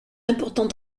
important